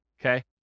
okay